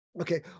okay